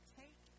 take